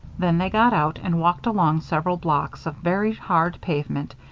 then they got out and walked along several blocks of very hard pavement,